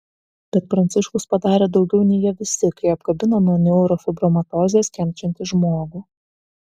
bet pranciškus padarė daugiau nei jie visi kai apkabino nuo neurofibromatozės kenčiantį žmogų